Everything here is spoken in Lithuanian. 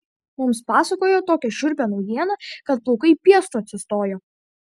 mums papasakojo tokią šiurpią naujieną kad plaukai piestu atsistojo